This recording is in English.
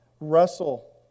wrestle